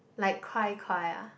like cry cry ah